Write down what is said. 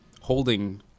holding